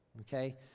okay